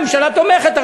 והממשלה תומכת.